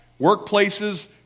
workplaces